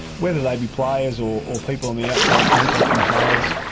whether they be players or people on the outside contacting players,